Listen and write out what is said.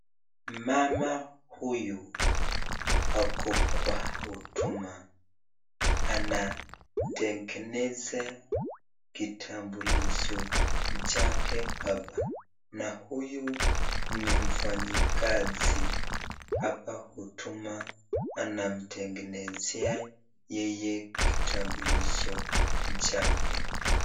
Mama huyu ako kwa huduma, anatengeneza kitambulisho chake hapa, na huyu ni mfanyikazi hapa huduma, anamtengenezea yeye kitambulisho chake.